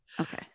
Okay